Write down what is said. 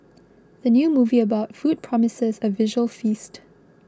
the new movie about food promises a visual feast